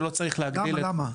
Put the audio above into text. למה?